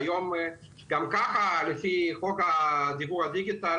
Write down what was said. היום גם ככה לפי חוק דיוור הדיגיטל